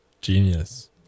Genius